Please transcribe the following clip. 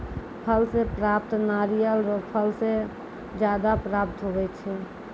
फल से प्राप्त नारियल रो फल से ज्यादा प्राप्त हुवै छै